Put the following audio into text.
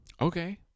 Okay